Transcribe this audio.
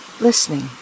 listening